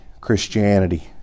Christianity